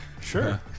Sure